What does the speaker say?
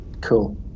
cool